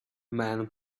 man